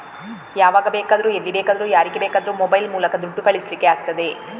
ಯಾವಾಗ ಬೇಕಾದ್ರೂ ಎಲ್ಲಿ ಬೇಕಾದ್ರೂ ಯಾರಿಗೆ ಬೇಕಾದ್ರೂ ಮೊಬೈಲ್ ಮೂಲಕ ದುಡ್ಡು ಕಳಿಸ್ಲಿಕ್ಕೆ ಆಗ್ತದೆ